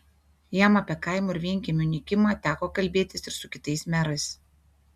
jam apie kaimų ir vienkiemių nykimą teko kalbėtis ir su kitais merais